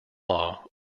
law